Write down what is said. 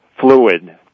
fluid